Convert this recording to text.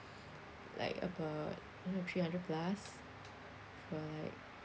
like about one to three hundred plus for like